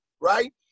right